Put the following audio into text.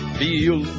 feel